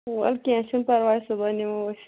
وَلہٕ کیٚنٛہہ چھُنہٕ پَرواے صُبَحن یِمو أسۍ